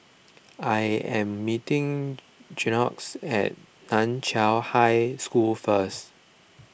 I am meeting Jaxon at Nan Chiau High School first